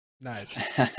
Nice